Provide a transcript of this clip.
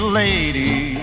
lady